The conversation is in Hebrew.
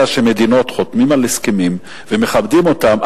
שמדינות חותמות על הסכמים ומכבדים אותם,